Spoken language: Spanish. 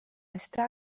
está